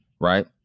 right